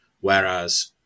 Whereas